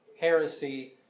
heresy